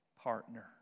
partner